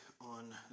on